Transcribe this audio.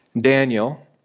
Daniel